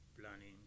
planning